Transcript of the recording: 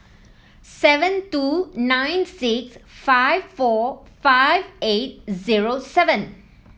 seven two nine six five four five eight zero seven